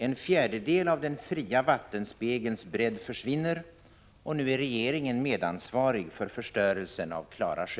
En fjärdedel av den fria vattenspegelns bredd försvinner. Regeringen är nu medansvarig för förstörelsen av Klara sjö.